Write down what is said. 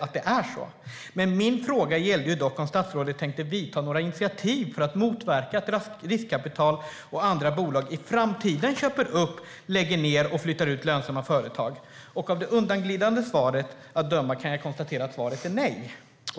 att det är så. Min fråga gällde dock om statsrådet tänker ta några initiativ för att motverka att riskkapitalbolag och andra bolag i framtiden köper upp, lägger ned och flyttar ut lönsamma företag. Av det undanglidande svaret att döma kan jag konstatera att svaret är nej.